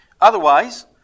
Otherwise